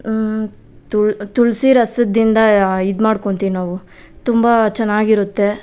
ತುಳ್ ತುಳ್ಸಿ ರಸದಿಂದ ಇದು ಮಾಡ್ಕೊತೀವಿ ನಾವು ತುಂಬ ಚೆನ್ನಾಗಿರುತ್ತೆ